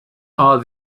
are